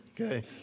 okay